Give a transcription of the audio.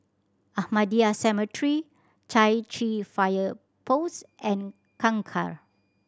Ahmadiyya Cemetery Chai Chee Fire Post and Kangkar